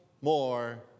more